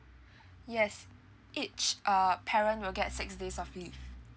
yes each a parent will get six days of leave